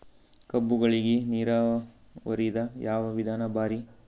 ಕಬ್ಬುಗಳಿಗಿ ನೀರಾವರಿದ ಯಾವ ವಿಧಾನ ಭಾರಿ?